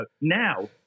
now